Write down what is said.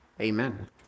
amen